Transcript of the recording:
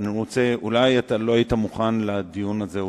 אולי לא היית מוכן לדיון הזה,